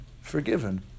forgiven